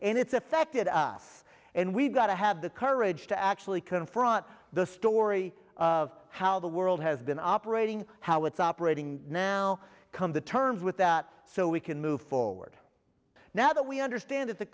and it's affected us and we've got to have the courage to actually confront the story of how the world has been operating how it's operating now come to terms with that so we can move forward now that we understand that the